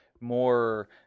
more